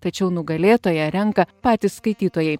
tačiau nugalėtoją renka patys skaitytojai